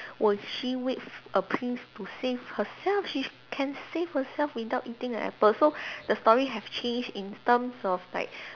would she wait a prince to save herself she can save herself without eating the apple so the story have changed in terms of like